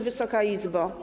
Wysoka Izbo!